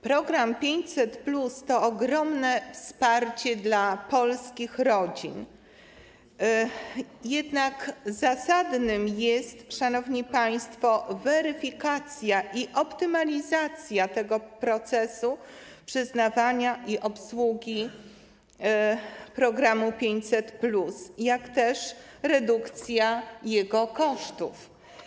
Program 500+ to ogromne wsparcie dla polskich rodzin, jednak zasadne są, szanowni państwo, weryfikacja i optymalizacja procesu przyznawania i obsługi programu 500+, jak też redukcja jego kosztów.